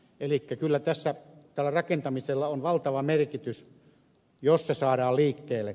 elikkä kyllä rakentamisella on valtava merkitys jos se saadaan liikkeelle